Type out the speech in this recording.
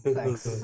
Thanks